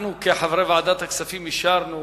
אנחנו כחברי ועדת הכספים אישרנו